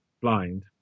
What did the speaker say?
blind